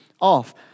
off